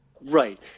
Right